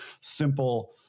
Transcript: simple